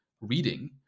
reading